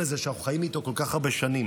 הזה שאנחנו חיים איתו כל כך הרבה שנים.